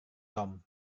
tom